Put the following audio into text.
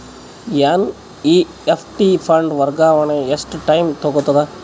NEFT fund ವರ್ಗಾವಣೆ ಎಷ್ಟ time ತೋಗೊತದ?